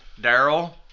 Daryl